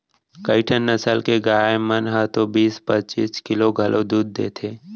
कइठन नसल के गाय मन ह तो बीस पच्चीस किलो घलौ दूद देथे